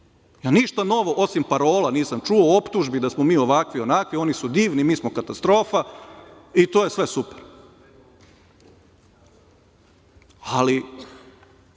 Ja ništa novo osim parola nisam čuo u optužbi da smo mi ovakvi, onakvi. Oni su divni, mi smo katastrofa i to je sve super. To